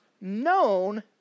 known